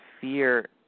fear